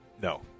No